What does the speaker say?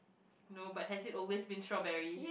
no but has it always been strawberries